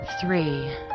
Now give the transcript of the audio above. Three